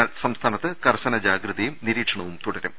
എന്നാൽ സംസ്ഥാനത്ത് കർശന ജാഗ്രതയും നിരീക്ഷണവും തുടരും